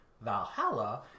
Valhalla